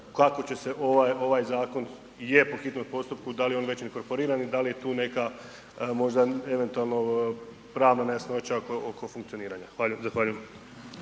kako će se ovaj zakon, je po hitnom postupku, da li je on već inkorporiran i da li je tu neka možda eventualna nejasnoća oko funkcioniranja? Zahvaljujem.